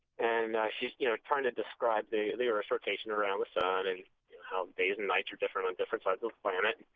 and she's you know trying to describe the the earth's rotation around the sun and how days and nights are different on different sides of the planet,